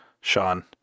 Sean